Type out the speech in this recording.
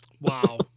wow